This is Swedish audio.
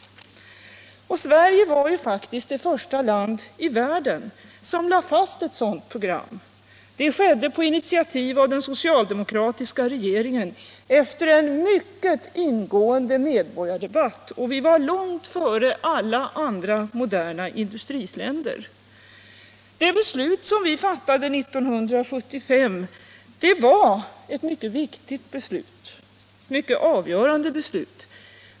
Sverige var det första land i världen som lade fast ett sådant program. Det skedde på initiativ av den socialdemokratiska regeringen efter en mycket ingående medborgardebatt, och vi var långt före alla andra industriländer. Det beslut som vi fattade 1975 var ett mycket viktigt beslut, ett avgörande beslut.